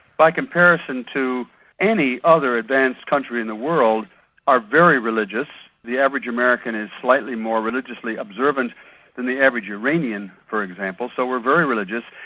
by comparison to any other advanced country in the world are very religious. the average american is slightly more religiously observant than the average iranian, for example, so we're very religious,